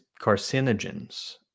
carcinogens